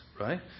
right